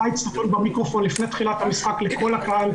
-- במיקרופון לפני תחילת המשחק לכל הקהל,